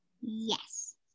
Yes